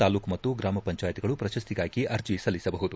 ತಾಲೂಕು ಮತ್ತು ಗ್ರಾಮ ಪಂಚಾಯತ್ ಗಳು ಪ್ರಶಸ್ತಿಗಾಗಿ ಅರ್ಜಿ ಸಲ್ಲಿಸಬಹುದು